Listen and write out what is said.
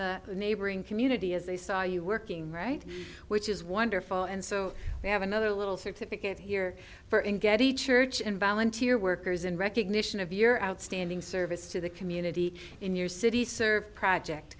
the neighboring community as they saw you working right which is wonderful and so we have another little certificate here for and get the church and volunteer workers in recognition of your outstanding service to the community in your city service project